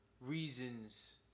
reasons